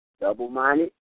double-minded